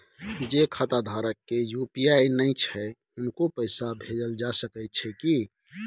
जे खाता धारक के यु.पी.आई नय छैन हुनको पैसा भेजल जा सकै छी कि?